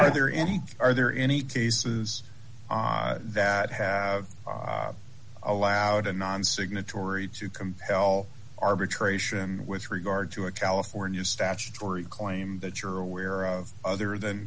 any are there any teases that have allowed a non signatory to compel arbitration with regard to a california statutory claim that you're aware of other than